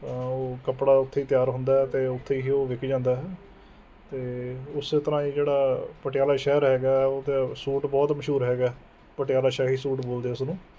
ਉਹ ਕੱਪੜਾ ਉੱਥੇ ਹੀ ਤਿਆਰ ਹੁੰਦਾ ਹੈ ਅਤੇ ਉੱਥੇ ਹੀ ਉਹ ਵਿੱਕ ਜਾਂਦਾ ਹੈ ਅਤੇ ਉਸੇ ਤਰ੍ਹਾਂ ਹੀ ਜਿਹੜਾ ਪਟਿਆਲਾ ਸ਼ਹਿਰ ਹੈਗਾ ਉਹਦਾ ਸੂਟ ਬਹੁਤ ਮਸ਼ਹੂਰ ਹੈਗਾ ਪਟਿਆਲਾ ਸ਼ਾਹੀ ਸੂਟ ਬੋਲਦੇ ਉਸਨੂੰ